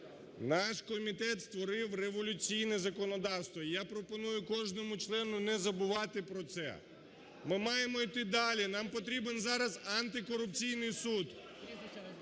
Наш комітет створив революційне законодавство, я пропоную кожному члену не забувати про це. Ми маємо йти далі, нам потрібен зараз антикорупційний суд…